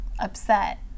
upset